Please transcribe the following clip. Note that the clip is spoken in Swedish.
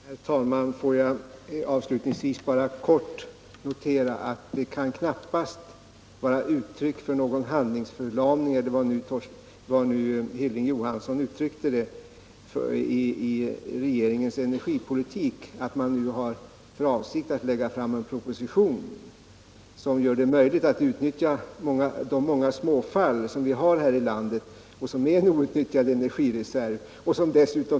Herr talman! Får jag avslutningsvis bara kort notera, att det knappast kan vara ett uttryck för någon handlingsförlamning — eller vad nu Hilding Johansson kallade det — i regeringens energipolitik att man nu har för avsikt att lägga fram en proposition, som gör det möjligt att utnyttja de många småfall som vi har här i landet och som är en outnyttjad energireserv.